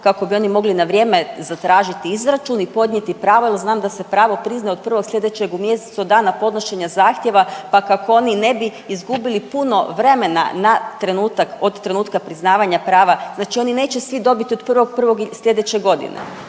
kako bi oni mogli na vrijeme zatražiti izračun i podnijeti pravo, jer znam da se pravo priznaje od prvog sljedećeg u mjesecu od dana podnošenja zahtjeva, pa kako oni ne bi izgubili puno vremena od trenutka priznavanja prava. Znači oni neće svi dobiti od 1.1. sljedeće godine,